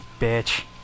bitch